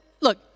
Look